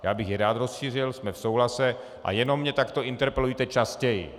Já bych je rád rozšířil, jsme v souhlasu a jenom mě takto interpelujte častěji.